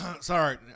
Sorry